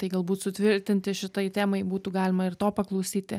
tai galbūt sutvirtinti šitai temai būtų galima ir to paklausyti